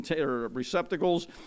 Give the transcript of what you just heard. receptacles